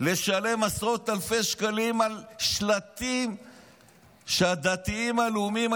לשלם עשרות אלפי שקלים על שלטים שהדתיים הלאומיים,